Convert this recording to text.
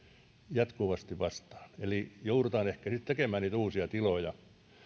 jatkuvasti vastaan eli joudutaan ehkä sitten tekemään niitä uusia tiloja